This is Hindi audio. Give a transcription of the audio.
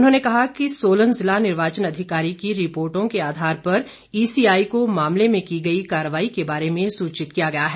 उन्होंने कहा कि सोलन जिला निर्वाचन अधिकारी की रिपोर्टो के आधार पर ईसीआई को मामले में की गई कार्रवाई के बारे में सूचित किया गया है